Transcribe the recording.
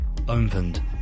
opened